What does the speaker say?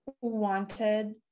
wanted